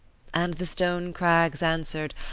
and the stone crags answered,